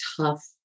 tough